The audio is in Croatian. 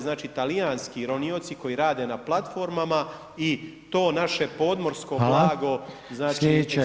Znači, talijanski ronioci koji rade na platformama i to naše podmorsko blago znači